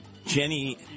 jenny